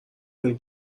کنی